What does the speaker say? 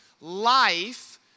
life